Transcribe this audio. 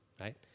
right